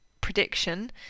prediction